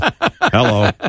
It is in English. Hello